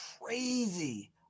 crazy